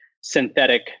synthetic